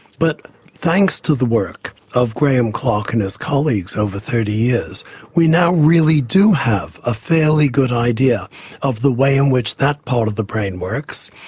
but thanks to the work of graeme clark and his colleagues over thirty years we now really do have a fairly good idea of the way in which that part of the brain works.